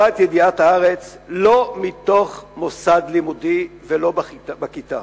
את ידיעת הארץ לא מתוך מוסד לימודי ולא בכיתה